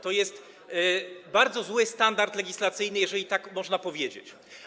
To jest bardzo zły standard legislacyjny, jeżeli tak można powiedzieć.